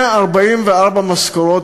144 משכורות,